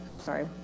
sorry